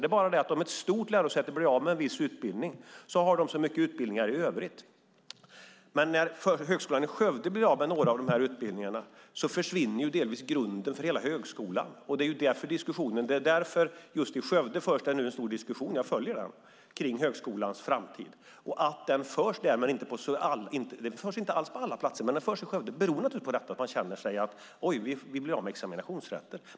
Det är bara det att om ett stort lärosäte blir av med en viss utbildning har de så många andra utbildningar. Men när Högskolan i Skövde blir av med några av utbildningarna försvinner delvis grunden för hela högskolan, och det är därför det just nu förs en stor diskussion i Skövde kring högskolans framtid. Jag följer den. Att diskussionen förs i Skövde men inte på alla andra platser beror naturligtvis på att man känner att man blir av med examensrätter.